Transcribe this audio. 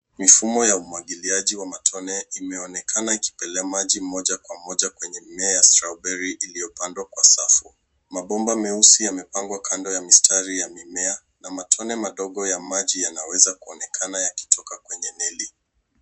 Mifumo ya umwagiliaji wa matone imeonekana ikipeleka maji moja kwa moja kwenye mimea ya strawberry iliyopandwa kwa safu. Mabomba meusi yamepangwa kando ya mistari ya mimea na matone madogo ya maji yanaweza kuonekana yakitoka kwenye neli.